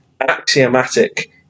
axiomatic